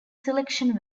selection